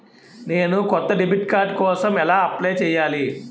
నేను కొత్త debit card కోసం ఎలా అప్లయ్ చేయాలి?